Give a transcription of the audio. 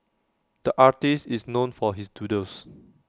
the artist is known for his doodles